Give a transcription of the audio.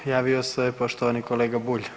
Javio se poštovani kolega Bulj.